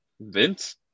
Vince